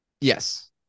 Yes